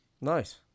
Nice